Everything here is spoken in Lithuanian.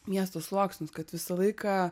miestų sluoksnius kad visą laiką